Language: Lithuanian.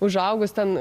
užaugus ten